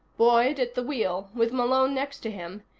boyd at the wheel with malone next to him,